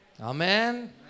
Amen